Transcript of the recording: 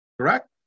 Correct